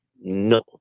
No